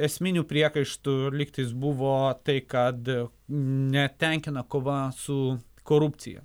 esminių priekaištų lygtais buvo tai kad netenkina kova su korupcija